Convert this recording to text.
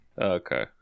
Okay